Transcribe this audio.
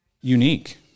unique